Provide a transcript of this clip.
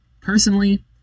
Personally